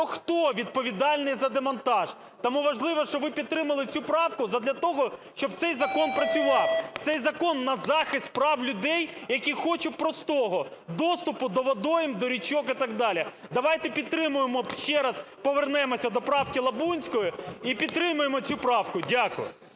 хто відповідальний за демонтаж? Тому важливо, щоб ви підтримали цю правку задля того, щоб цей закон працював. Цей закон на захист прав людей, які хочуть простого: доступу до водойм, до річок і так далі. Давайте підтримаємо, ще раз повернемося до правки Лабунської і підтримаємо цю правку. Дякую.